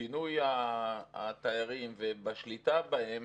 בפינוי התיירים והשליטה בהם,